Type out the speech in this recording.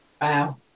Wow